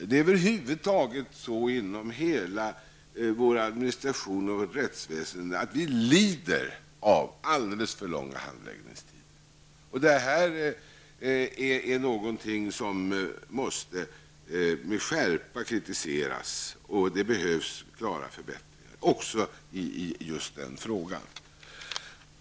Det är över huvud taget så inom hela vår administration och vårt rättsväsende att vi lider av alldeles för långa handläggningstider. Detta är någonting som med skärpa måste kritiseras, och det behövs klara förbättringar också i just den frågan.